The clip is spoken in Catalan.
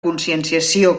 conscienciació